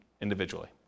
individually